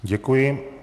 Děkuji.